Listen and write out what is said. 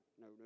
no